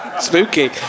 spooky